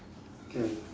K